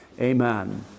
Amen